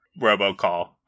robocall